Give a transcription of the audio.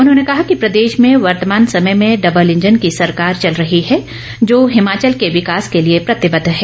उन्होंने कहा कि प्रदेश में वर्तमान समय में डबल इंजन की सरकार चल रही हैं जो हिमाचल के विकास के लिए प्रतिबद्ध है